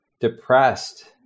depressed